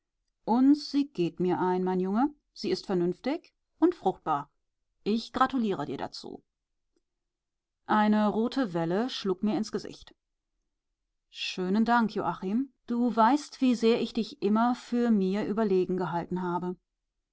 und sie geht mir ein mein junge sie ist vernünftig und fruchtbar ich gratuliere dir dazu eine rote welle schlug mir ins gesicht schönen dank joachim du weißt wie sehr ich dich immer mir für überlegen gehalten habe